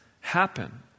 happen